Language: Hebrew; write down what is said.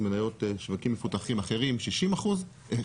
מניות שווקים מפותחים אחרים 19.5%,